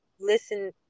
listen